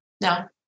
No